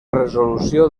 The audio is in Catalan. resolució